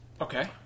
Okay